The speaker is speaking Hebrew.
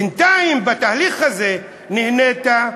בינתיים, בתהליך הזה נהנית,